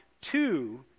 two